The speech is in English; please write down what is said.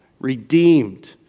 redeemed